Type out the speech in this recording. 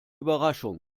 überraschung